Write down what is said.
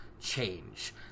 change